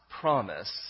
promise